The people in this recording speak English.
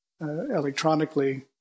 electronically